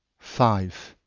five.